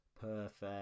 Perfect